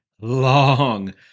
long